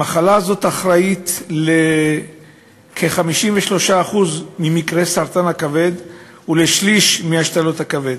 המחלה הזאת אחראית לכ-53% ממקרי סרטן הכבד ולשליש מהשתלות הכבד.